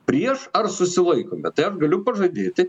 prieš ar susilaiko bet tai aš galiu pažadėti